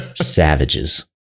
savages